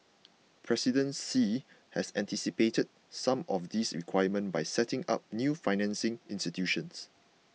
President Xi has anticipated some of these requirements by setting up new financing institutions